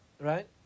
Right